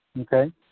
Okay